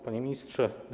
Panie Ministrze!